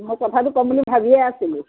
মই কথাটো ক'ম বুলি ভাবিয়ে আছিলোঁ